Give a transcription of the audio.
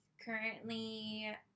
currently